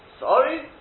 sorry